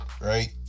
right